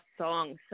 songs